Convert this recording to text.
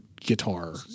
guitar